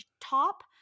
top